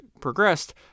progressed